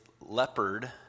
leopard